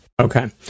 Okay